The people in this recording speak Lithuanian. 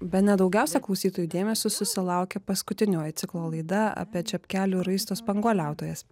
bene daugiausia klausytojų dėmesio susilaukė paskutinioji ciklo laida apie čepkelių raisto spanguoliautojas